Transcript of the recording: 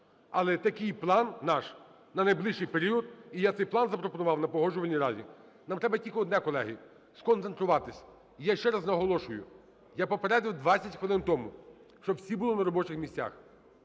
Але такий план наш на найближчий період, і я цей план запропонував на Погоджувальній раді. Нам треба тільки одне, колеги, – сконцентруватись. Я ще раз наголошую, я попередив двадцять хвилин тому, щоб всі були на робочих місцях.